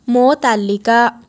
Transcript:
ମୋ ତାଲିକା